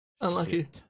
Unlucky